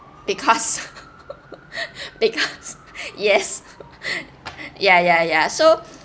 because because yes ya ya ya so